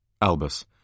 Albus